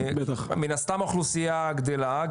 מן הסתם האוכלוסייה גדלה.